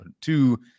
two